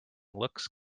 looks